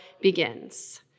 begins